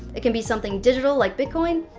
it can be something digital like bitcoin,